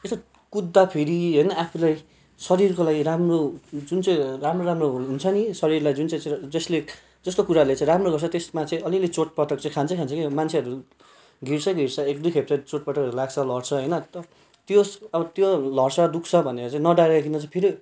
यसो कुद्दाखेरि हेर न आफूले सजिलोको लागि राम्रो जुन चाहिँ राम्रो राम्रो हुल हुन्छ नि शरीरलाई जुन चाहिँ जसले जस्तो कुराले चाहिँ राम्रो गर्छ त्यसमा चाहिँ अलिअलि चोटपटक चाहिँ खान्छै खान्छ क्या हौ मान्छेहरू गिर्छै गिर्छ एक दुई खेप त चोटपटकहरू लाग्छ लड्छ होइन त्यो अब त्यो लड्छ दुख्छ भनेर चाहिँ नडराइकन चाहिँ फेरि